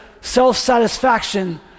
self-satisfaction